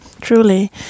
Truly